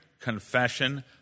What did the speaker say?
confession